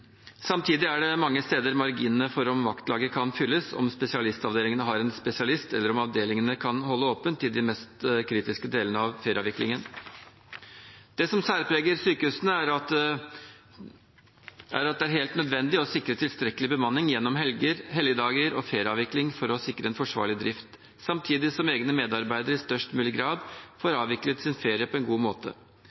det mange steder små marginer for om vaktlaget kan fylles, om spesialistavdelingene har en spesialist, eller om avdelingene kan holde åpent i de mest kritiske delene av ferieavviklingen. Det som særpreger sykehusene, er at det er helt nødvendig å sikre tilstrekkelig bemanning gjennom helger, helligdager og ferieavvikling for å sikre en forsvarlig drift, samtidig som egne medarbeidere i størst mulig grad får avviklet sin ferie på en god måte.